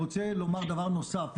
דבר נוסף.